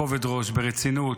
בכובד ראש, ברצינות,